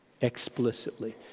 explicitly